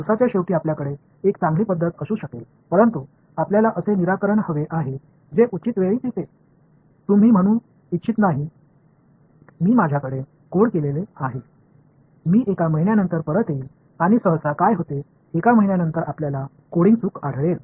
दिवसाच्या शेवटी आपल्याकडे एक चांगली पद्धत असू शकेल परंतु आपल्याला असे निराकरण हवे आहे जे उचित वेळीच येते तुम्ही म्हणू इच्छित नाही मी माझ्याकडे कोड केलेले आहे मी एका महिन्यानंतर परत येईल आणि सहसा काय होते 1 महिन्यानंतर आपल्याला कोडिंग चूक आढळेल